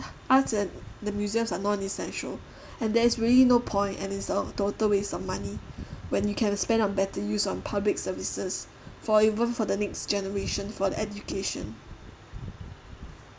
arts and the museums are non essential and there's really no point and it's a total waste of money when you can spend on better use on public services for even for the next generation for the education